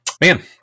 Man